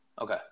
Okay